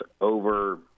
over